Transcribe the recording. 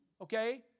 okay